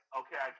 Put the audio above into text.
okay